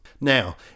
Now